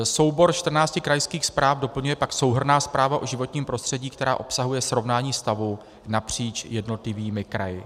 Soubor 14 krajských zpráv doplňuje pak souhrnná zpráva o životním prostředí, která obsahuje srovnání stavu napříč jednotlivými kraji.